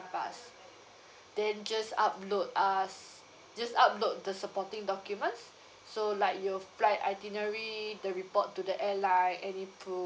us then just upload us just upload the supporting documents so like your flight itinerary the report to the airline any proof